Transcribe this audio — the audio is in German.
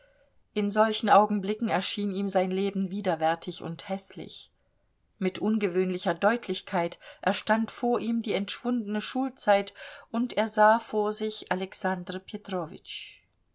in solchen augenblicken erschien ihm sein leben widerwärtig und häßlich mit ungewöhnlicher deutlichkeit erstand vor ihm die entschwundene schulzeit und er sah vor sich alexander